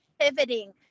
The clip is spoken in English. pivoting